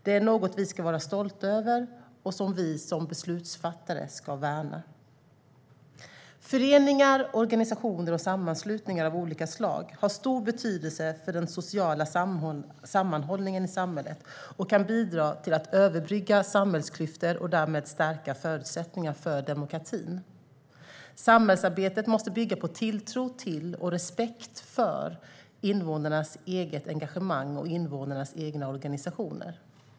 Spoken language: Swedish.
Det är något vi ska vara stolta över och som vi som beslutsfattare ska värna. Föreningar, organisationer och sammanslutningar av olika slag har stor betydelse för den sociala sammanhållningen i samhället och kan bidra till att överbrygga samhällsklyftor och därmed stärka förutsättningarna för demokratin. Samhällsarbetet måste bygga på tilltro till och respekt för invånarnas eget engagemang och invånarnas egna organisationer.